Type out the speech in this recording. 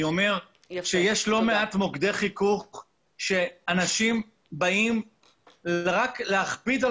אני אומר שיש לא מעט מוקדי חיכוך שאנשים באים רק להכביד על